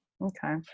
Okay